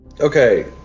Okay